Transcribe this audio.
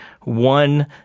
one